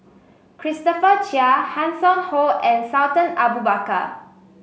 Christopher Chia Hanson Ho and Sultan Abu Bakar